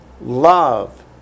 love